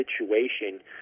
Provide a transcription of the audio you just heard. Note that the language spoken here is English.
situation